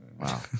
wow